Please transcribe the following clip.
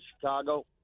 Chicago